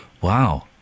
Wow